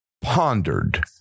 pondered